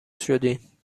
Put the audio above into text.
شدین